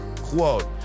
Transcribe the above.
Quote